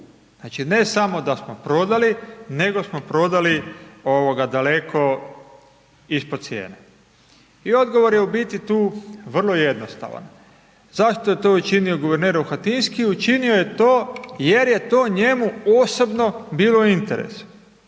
Znači ne samo da smo prodali nego smo prodali daleko ispod cijene. I odgovor je u biti tu vrlo jednostavan. Zašto je to učinio guverner Rohatinski, učinio je to jer je to njemu osobno bilo u interesu.